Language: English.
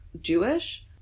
Jewish